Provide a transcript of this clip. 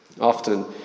Often